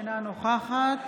אינה נוכחת